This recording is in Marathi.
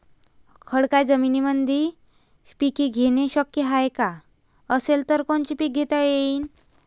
खडकाळ जमीनीमंदी पिके घेणे शक्य हाये का? असेल तर कोनचे पीक घेता येईन?